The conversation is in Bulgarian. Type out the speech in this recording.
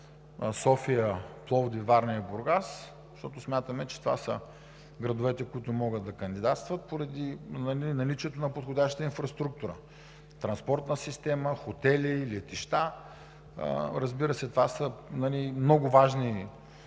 София, Пловдив, Варна и Бургас, защото смятаме, че това са градовете, които могат да кандидатстват поради наличието на подходяща инфраструктура – транспортна система, хотели, летища. Разбира се, това са много важни